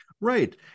Right